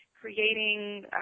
creating